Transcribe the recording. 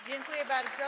Dziękuję bardzo.